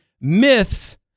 myths